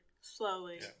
slowly